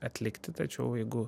atlikti tačiau jeigu